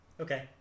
Okay